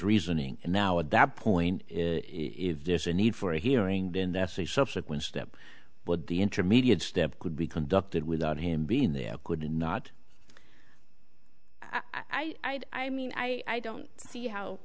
reasoning and now at that point if there's a need for a hearing then that's a subsequent step but the intermediate step could be conducted without him being there could not i'd i mean i don't see how